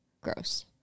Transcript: gross